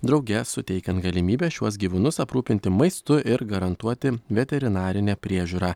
drauge suteikiant galimybę šiuos gyvūnus aprūpinti maistu ir garantuoti veterinarinę priežiūrą